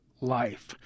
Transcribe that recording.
life